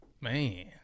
Man